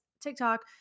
TikTok